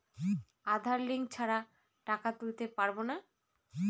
আধার link ছাড়া টাকা তুলতে পারব না?